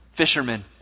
Fishermen